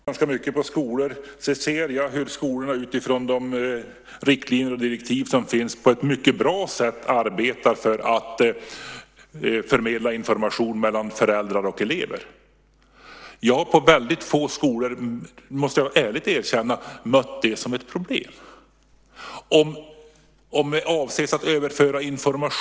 Herr talman! Jag är ute ganska mycket på skolor, och jag ser hur skolorna, utifrån de riktlinjer och direktiv som finns, på ett mycket bra sätt arbetar för att förmedla information mellan föräldrar och elever. Det är väldigt få skolor där jag har mött det som ett problem. Det måste jag ärligt erkänna.